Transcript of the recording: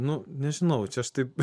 nu nežinau čia aš taip